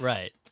Right